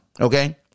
okay